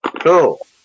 Cool